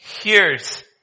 hears